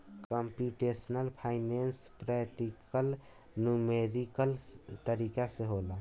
computational finance practical numerical तरीका से होला